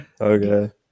okay